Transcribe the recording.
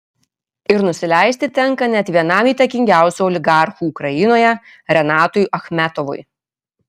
ir nusileisti tenka net vienam įtakingiausių oligarchų ukrainoje renatui achmetovui